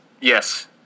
Yes